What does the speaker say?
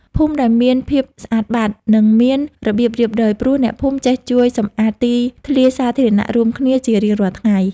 ភូមិដែលមានភាពស្អាតបាត និងមានរបៀបរៀបរយ ព្រោះអ្នកភូមិចេះជួយសម្អាតទីធ្លាសាធារណៈរួមគ្នាជារៀងរាល់ថ្ងៃ។